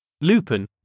Lupin